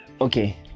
okay